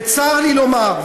צר לי לומר,